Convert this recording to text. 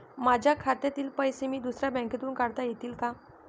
माझ्या खात्यातील पैसे मी दुसऱ्या बँकेतून काढता येतील का?